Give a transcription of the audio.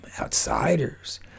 outsiders